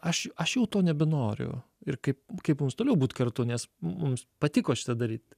aš aš jau to nebenoriu ir kaip kaip mums toliau būt kartu nes mums patiko šitą daryt